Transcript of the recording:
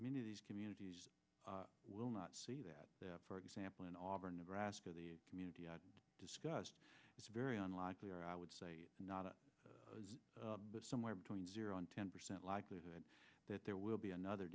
many of these communities will not see that for example in auburn nebraska the community i discussed it's very unlikely or i would say not it is somewhere between zero and ten percent likelihood that there will be another